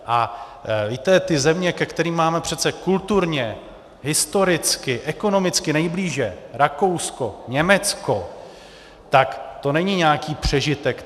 A víte, ty země, ke kterým máme přece kulturně, historicky, ekonomicky nejblíže, Rakousko, Německo, tak tam to není nějaký přežitek!